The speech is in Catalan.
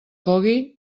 cogui